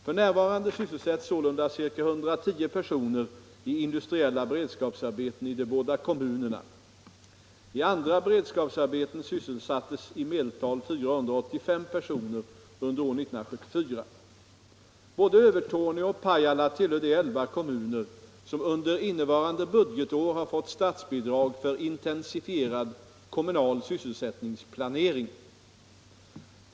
F. n. sysselsätts sålunda ca 110 personer i industriella beredskapsar beten i de båda kommunerna. I andra beredskapsarbeten sysselsattes i medeltal 485 personer under år 1974. Både Övertorneå och Pajala tillhör de elva kommuner som under innevarande budgetår har fått statsbidrag för intensifierad kommunal sysselsättningsplanering.